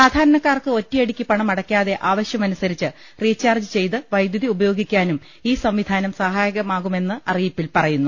സാധാരണക്കാർക്ക് ഒറ്റയടിക്ക് പണമടക്കാതെ ആവശൃം അനുസരിച്ച് റീച്ചാർജ് ചെയ്ത് വൈദ്യുതി ഉപയോഗിക്കാനും ഈ സംവി ധാനം സഹായകമാകുമെന്ന് അറിയിപ്പിൽ പറയുന്നു